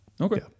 Okay